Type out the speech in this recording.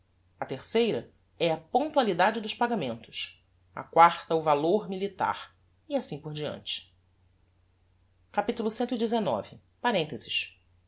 a terceira é a pontualidade dos pagamentos a quarta o valor militar e assim por diante capitulo cxix parenthesis